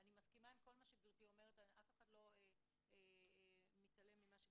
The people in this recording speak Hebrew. אני מסכימה עם כל מה שאמרת, אחד לא מתעלם מזה.